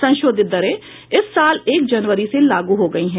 संशोधित दरें इस साल एक जनवरी से लागू हो गयी है